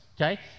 Okay